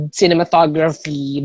cinematography